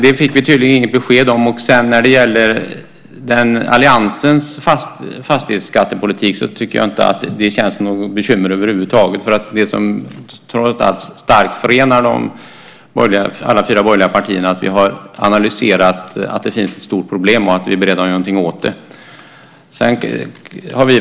Det fick vi tydligen inget besked om. Alliansens fastighetsskattepolitik tycker jag inte känns som något bekymmer över huvud taget. Det som trots allt starkt förenar alla fyra borgerliga partierna är att vi har analyserat att det finns ett stort problem som vi är beredda att göra något åt.